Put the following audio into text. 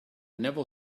never